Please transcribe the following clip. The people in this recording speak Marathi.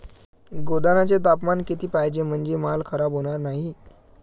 गोदामाचे तापमान किती पाहिजे? म्हणजे माल खराब होणार नाही?